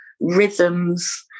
rhythms